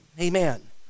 amen